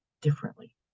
differently